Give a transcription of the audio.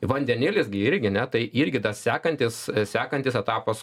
vandenėlis gi irgi ne tai irgi tas sekantis sekantis etapas